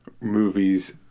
movies